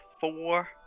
four